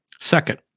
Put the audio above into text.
Second